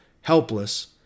helpless